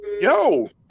Yo